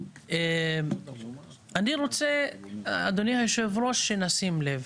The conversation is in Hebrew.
אדוני היושב-ראש, אני רוצה שנשים לב